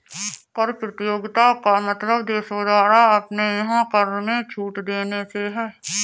कर प्रतियोगिता का मतलब देशों द्वारा अपने यहाँ कर में छूट देने से है